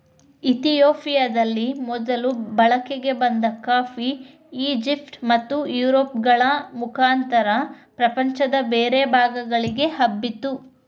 ಇತಿಯೋಪಿಯದಲ್ಲಿ ಮೊದಲು ಬಳಕೆಗೆ ಬಂದ ಕಾಫಿ, ಈಜಿಪ್ಟ್ ಮತ್ತುಯುರೋಪ್ಗಳ ಮುಖಾಂತರ ಪ್ರಪಂಚದ ಬೇರೆ ಭಾಗಗಳಿಗೆ ಹಬ್ಬಿತು